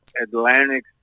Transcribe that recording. Atlantic